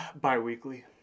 bi-weekly